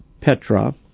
Petra